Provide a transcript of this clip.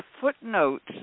footnotes